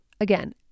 again